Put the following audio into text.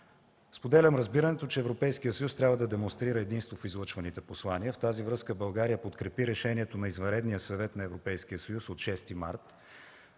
Споделям разбирането, че Европейският съюз трябва да демонстрира единство в излъчваните послания. В тази връзка България подкрепи решението на Извънредния съвет на Европейския съюз от 6 март,